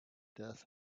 death